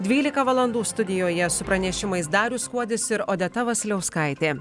dvylika valandų studijoje su pranešimais darius kuodis ir odeta vasiliauskaitė